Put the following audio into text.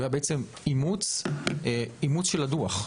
הוא, בעצם, היה אימוץ של הדוח.